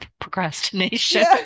procrastination